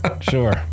sure